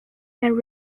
and